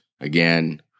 Again